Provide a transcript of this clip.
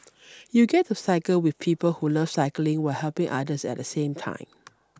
you get to cycle with people who love cycling while helping others at the same time